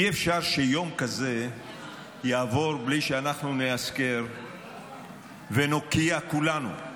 אי-אפשר שיום כזה יעבור בלי שאנחנו נאזכר ונוקיע כולנו,